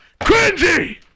cringy